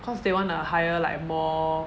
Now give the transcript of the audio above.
cause they wanna hire like more